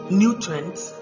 nutrients